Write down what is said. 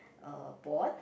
uh board